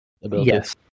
Yes